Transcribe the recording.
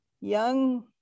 young